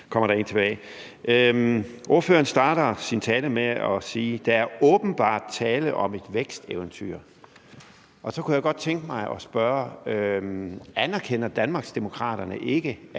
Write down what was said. kommer der et tilbage. Ordføreren starter sin tale med at sige: Der er åbenbart tale om et væksteventyr. Så kunne jeg godt tænke mig at spørge: Anerkender Danmarksdemokraterne ikke,